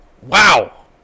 wow